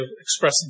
expressing